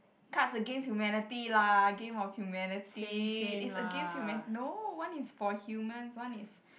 cards against humanity lah game of humanity is against humani~ no one is for human one is